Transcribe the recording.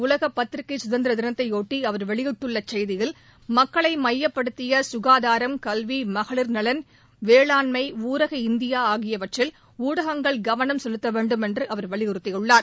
உலகப் பத்திரிகை கதந்திர தினத்தைபொட்டி அவர் வெளியிட்டுள்ள செய்தியில் மக்களை மையப்படுத்திய சுகாதாரம் கல்வி மகளிர் நலன் வேளாண்மை ஊரக இந்தியா ஆகியவற்றில் ஊடகங்கள் கவனம் செலுத்தவேண்டும் என்று அவர் வலியுறுத்தியுள்ளார்